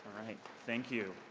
right. thank you.